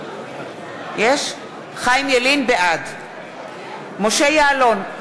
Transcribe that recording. בעד משה יעלון,